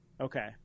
Okay